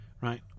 Right